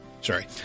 Sorry